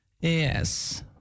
Yes